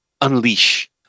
unleash